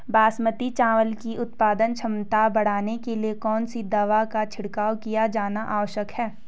बासमती चावल की उत्पादन क्षमता बढ़ाने के लिए कौन सी दवा का छिड़काव किया जाना आवश्यक है?